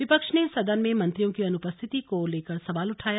विपक्ष ने सदन में मंत्रियो की अनुपस्थिति को लेकर सवाल उठाया